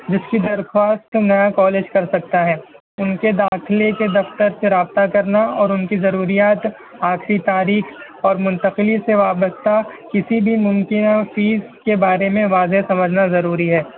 جس کی درخواست نیا کالج کر سکتا ہے ان کے داخلے کے دفتر سے رابطہ کرنا اور ان کی ضروریات آخری تاریخ اور منتقلی سے وابستہ کسی بھی ممکنہ فیس کے بارے میں واضح سمجھنا ضروری ہے